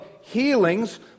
healings